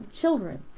children